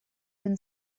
been